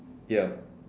ya